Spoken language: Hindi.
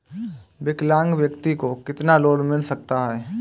विकलांग व्यक्ति को कितना लोंन मिल सकता है?